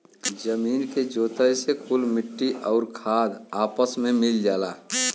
जमीन के जोते से कुल मट्टी आउर खाद आपस मे मिल जाला